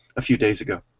a few days ago.